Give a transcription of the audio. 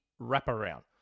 wraparound